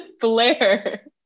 Blair